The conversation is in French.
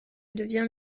devient